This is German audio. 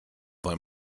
weil